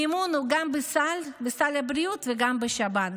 המימון הוא גם בסל הבריאות וגם בשב"ן,